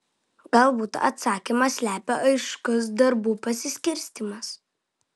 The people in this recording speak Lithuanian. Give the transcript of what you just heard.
galbūt atsakymą slepia aiškus darbų pasiskirstymas